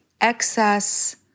excess